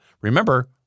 Remember